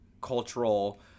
cultural